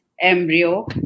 embryo